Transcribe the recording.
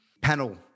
panel